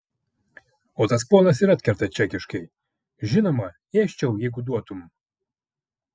o tas ponas ir atkerta čekiškai žinoma ėsčiau jeigu duotum